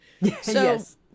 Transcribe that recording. Yes